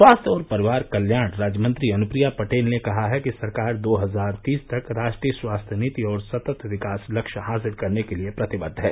स्वास्थ्य और परिवार कल्याण राज्यमंत्री अनुप्रिया पटेल ने कहा है कि सरकार दो हजार तीस तक राष्ट्रीय स्वास्थ्य नीति और सतत् विकास लक्ष्य हासिल करने के लिए प्रतिबद्द है